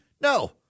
No